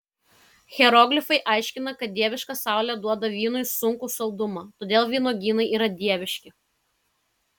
hieroglifai aiškina kad dieviška saulė duoda vynui sunkų saldumą todėl vynuogynai yra dieviški